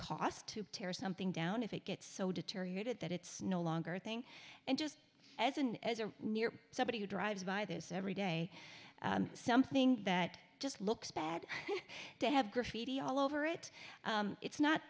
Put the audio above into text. cost to tear something down if it gets so deteriorated that it's no longer thing and just as an as a near somebody who drives by this every day something that just looks bad to have graffiti all over it it's